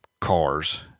cars